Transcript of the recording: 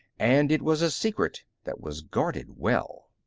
and it was a secret that was guarded well.